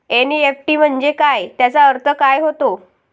NEFT म्हंजे काय, त्याचा अर्थ काय होते?